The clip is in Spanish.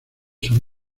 son